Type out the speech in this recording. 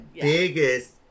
biggest